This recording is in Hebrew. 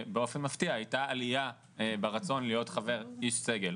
באופן מפתיע הייתה עלייה ברצון להיות חבר איש סגל.